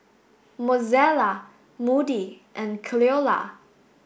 Mozella Moody and Cleola